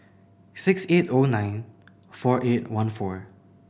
six eight O nine four eight one four